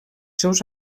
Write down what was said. seus